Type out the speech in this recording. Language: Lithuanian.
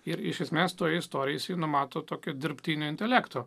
ir iš esmės toje istorijo jisai numato tokio dirbtinio intelekto